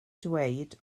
dweud